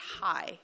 High